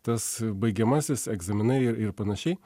tas baigiamasis egzaminai ir panašiai